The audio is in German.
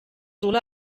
sohle